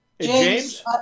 James